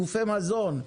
גופי מזון,